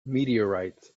meteorites